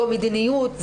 זו מדיניות,